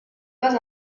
pas